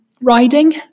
riding